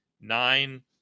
nine